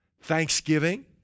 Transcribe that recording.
Thanksgiving